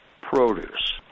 produce